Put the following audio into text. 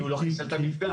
כי הוא לא תיקן את המפגע.